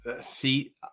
see